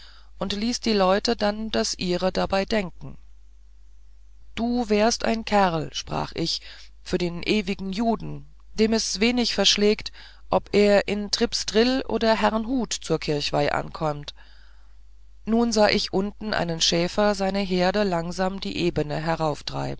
und ließ die leute dann das ihre dabei denken du wärst ein kerl sprach ich für den ewigen juden dem es wenig verschlägt ob er in tripstrill oder herrnhut zur kirchweih ankommt nun sah ich unten einen schäfer seine herde langsam die ebene